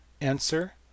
Answer